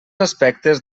aspectes